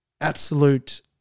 absolute